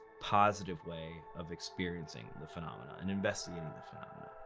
positive way of experiencing the phenomena and investigating the phenomena.